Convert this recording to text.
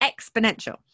exponential